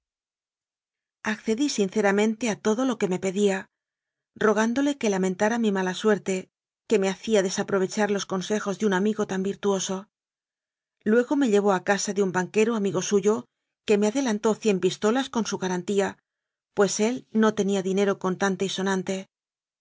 sinceramente a todo lo que me pedía ro gándole que lamentara mi mala suerte que me ha cía desaprovechar los consejos de un amigo tan virtuoso luego me llevó a casa de un banquero amigo suyo que me adelantó cien pistolas con su garantía pues él no tenía dinero contante y so